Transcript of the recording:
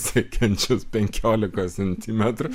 siekiančius penkiolikos centimetrų